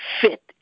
fit